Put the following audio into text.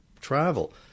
travel